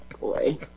boy